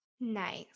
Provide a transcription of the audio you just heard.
Nice